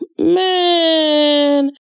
man